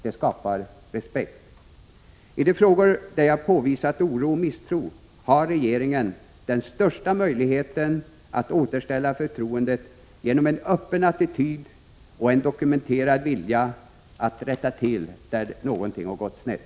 Det skapar respekt. I de frågor där jag påvisat oro och misstro har regeringen den största möjligheten att återställa förtroendet genom en öppen attityd och en dokumenterad vilja att rätta till där något har gått snett.